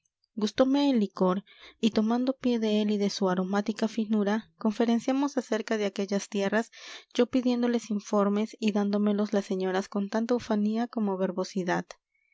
porreño gustome el licor y tomando pie de él y de su aromática finura conferenciamos acerca de aquellas tierras yo pidiéndoles informes y dándomelos las señoras con tanta ufanía como